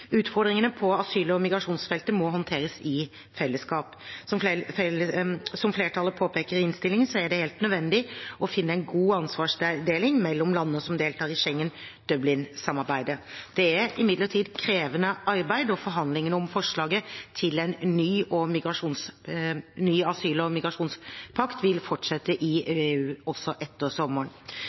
Utfordringene på asyl- og migrasjonsfeltet må håndteres i fellesskap. Som flertallet påpeker i innstillingen, er det helt nødvendig å finne en god ansvarsdeling mellom landene som deltar i Schengen-/Dublin-samarbeidet. Dette er imidlertid et krevende arbeid, og forhandlingene om forslaget til en ny asyl- og migrasjonspakt vil fortsette i EU også etter sommeren.